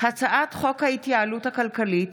הצעת חוק ההתייעלות הכלכלית